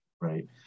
right